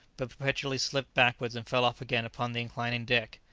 but perpetually slipped backwards and fell off again upon the inclining deck.